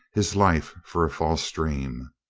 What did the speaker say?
his life for a false dream.